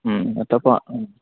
ꯎꯝ water park ꯎꯝ